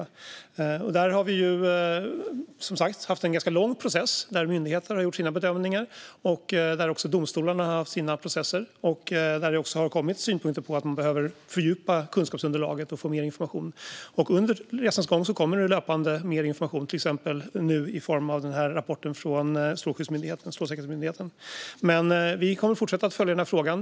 Där har vi som sagt haft en ganska lång process. Myndigheter har gjort sina bedömningar, och domstolarna har haft sina processer. Det har också kommit synpunkter på att man behöver fördjupa kunskapsunderlaget och få mer information. Under resans gång kommer det löpande mer information, till exempel nu i form av den här rapporten från Strålsäkerhetsmyndigheten. Vi kommer att fortsätta att följa frågan.